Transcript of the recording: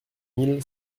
mille